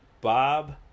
Bob